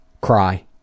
cry